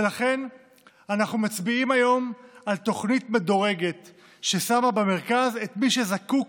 ולכן אנחנו מצביעים היום על תוכנית מדורגת ששמה במרכז את מי שזקוק